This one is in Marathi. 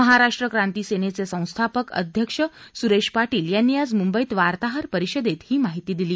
महाराष्ट्र क्रांती सेनेचे संस्थापक अध्यक्ष सुरेश पाटील य्रांनी आज मुंबईत वार्ताहर परिषदेत ही माहिती दिली